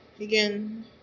again